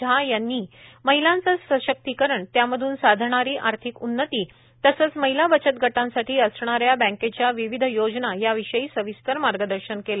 झा यांनी महिलांचे सशक्तीकरण त्यामधून साधणारी आर्थिक उन्नती तसेच महिला बचत गटांसाठी असणाऱ्या बँकेच्या विविध योजना याविषयी सविस्तर मार्गदर्शन केले